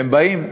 והם באים.